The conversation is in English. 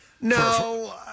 No